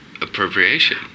appropriation